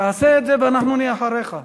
תעשה את זה, ואנחנו נהיה אחריך.